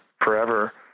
forever—